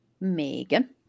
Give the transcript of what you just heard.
Megan